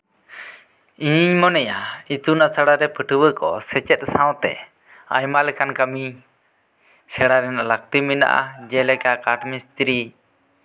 ᱤᱧᱤᱧ ᱢᱚᱱᱮᱭᱟ ᱤᱛᱩᱱ ᱟᱥᱲᱟ ᱨᱮ ᱯᱟᱹᱴᱷᱩᱣᱟᱹ ᱠᱚ ᱥᱮᱪᱮᱫ ᱥᱟᱶᱛᱮ ᱟᱭᱢᱟ ᱞᱮᱠᱟᱱ ᱠᱟ ᱢᱤ ᱥᱮᱬᱟ ᱨᱮᱱᱟᱜ ᱞᱟ ᱠᱛᱤ ᱢᱮᱱᱟᱜᱼᱟ ᱡᱮᱞᱮᱠᱟ ᱠᱟᱴᱷ ᱢᱤᱥᱛᱨᱤ